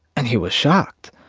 and he was shocked.